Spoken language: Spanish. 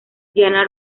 diana